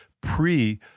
pre